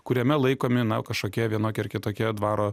kuriame laikomi na kažkokie vienokie ar kitokie dvaro